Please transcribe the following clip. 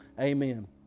Amen